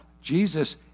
Jesus